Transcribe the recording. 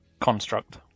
construct